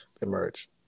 emerge